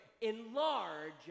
enlarge